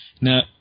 Now